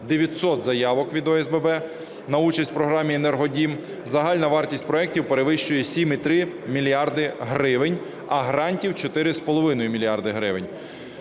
900 заявок від ОСББ на участь у програмі "Енергодім". Загальна вартість проектів перевищує 7,3 мільярда гривень, а грантів – 4,5 мільярда гривень.